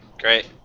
Great